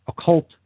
occult